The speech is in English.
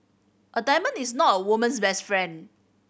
a diamond is not a woman's best friend